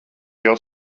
jau